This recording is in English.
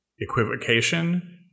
equivocation